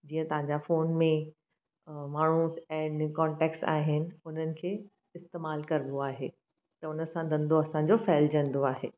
जीअं तव्हां जे फोन में माण्हू आहिनि कौंटेक्ट्स आहिनि उन्हनि खे इस्तेमालु कबो आहे त उनसां धंधो असांजो फहिलिजंदो आहे